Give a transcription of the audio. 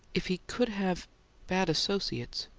if he could have bad associates.